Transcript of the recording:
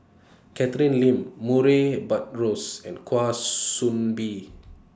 Catherine Lim Murray Buttrose and Kwa Soon Bee